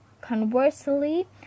conversely